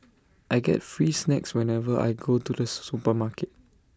I get free snacks whenever I go to the supermarket